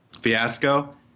fiasco